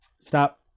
Stop